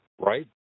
right